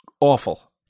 awful